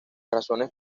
razones